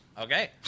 Okay